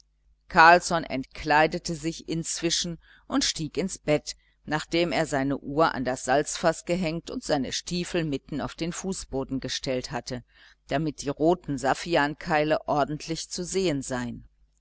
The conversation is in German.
carlsson entkleidete sich inzwischen und stieg ins bett nachdem er seine uhr an das salzfaß gehängt und seine stiefel mitten auf den fußboden gestellt hatte damit die roten saffiankeile ordentlich zu sehen seien